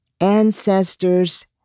Ancestors